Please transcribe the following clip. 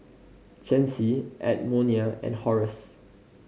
Chancey Edmonia and Horace